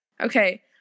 Okay